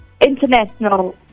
international